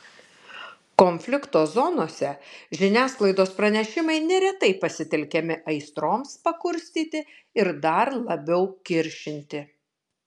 konflikto zonose žiniasklaidos pranešimai neretai pasitelkiami aistroms pakurstyti ir dar labiau kiršinti